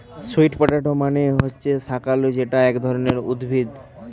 sweet potato মানে হচ্ছে শাকালু যেটা এক ধরনের উদ্ভিদ